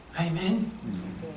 Amen